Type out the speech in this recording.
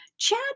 chat